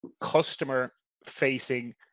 customer-facing